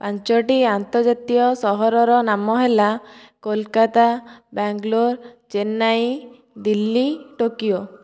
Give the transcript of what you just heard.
ପାଞ୍ଚୋଟି ଆନ୍ତର୍ଜାତୀୟ ସହରର ନାମ ହେଲା କୋଲକାତା ବାଙ୍ଗାଲୋର ଚେନ୍ନାଇ ଦିଲ୍ଲୀ ଟୋକିଓ